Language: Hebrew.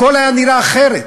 הכול היה נראה אחרת,